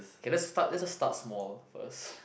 okay let's start let us start small first